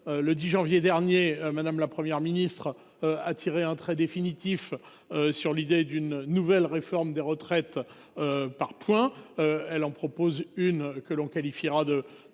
Le 10 janvier dernier, Mme la Première ministre a tiré un trait définitif sur l'idée d'une nouvelle réforme des retraites par points. Elle en propose une, que l'on qualifiera de